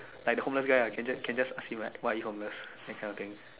like the homeless guy I can just ask him like why are you homeless that kind of thing